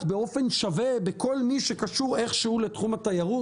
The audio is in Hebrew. באופן שווה בכל מי שקשור איכשהו לתחום התיירות?